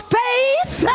faith